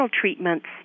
treatments